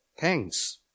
thanks